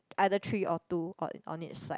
either three or two got on each side